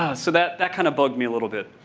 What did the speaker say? ah so, that that kind of bugged me a little bit.